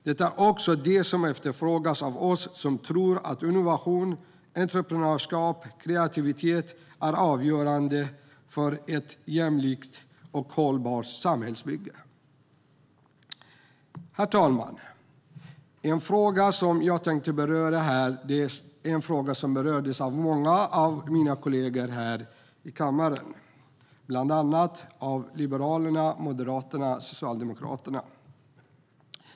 Det är också det som efterfrågas av oss som tror att innovation, entreprenörskap och kreativitet är avgörande för ett jämlikt och hållbart samhällsbygge. Herr talman! En fråga jag tänkte beröra har berörts av många av mina kollegor här i kammaren, bland annat Liberalerna, Moderaterna och Socialdemokraterna.